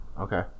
Okay